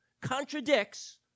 contradicts